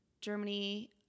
Germany